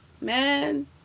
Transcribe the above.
Man